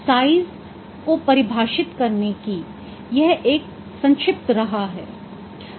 size को परिभाषित करने की यह एक संक्षिप्त राह है